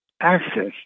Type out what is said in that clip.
access